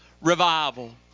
revival